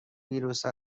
ویروسی